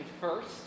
first